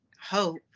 hope